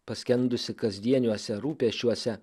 paskendusi kasdieniuose rūpesčiuose